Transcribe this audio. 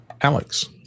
Alex